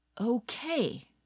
Okay